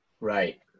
right